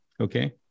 Okay